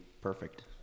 perfect